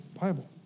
Bible